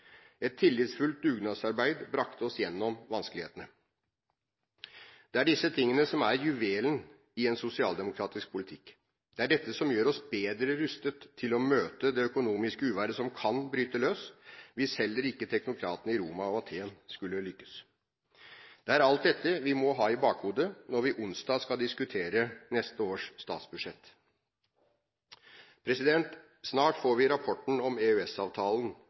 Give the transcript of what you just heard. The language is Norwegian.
Et tillitsfullt dugnadsarbeid brakte oss gjennom vanskelighetene. Det er disse tingene som er juvelen i en sosialdemokratisk politikk. Det er dette som gjør oss bedre rustet til å møte det økonomiske uværet som kan bryte løs, hvis heller ikke teknokratene i Roma og Aten skulle lykkes. Det er alt dette vi må ha i bakhodet når vi torsdag skal diskutere neste års statsbudsjett. Snart får vi rapporten om